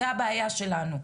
זו הבעיה שלנו.